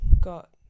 got